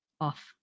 Off